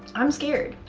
i'm scared.